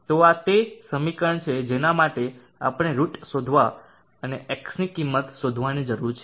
તો આ તે સમીકરણ છે જેના માટે આપણે રુટ શોધવા અને x ની કિંમત શોધવાની જરૂર છે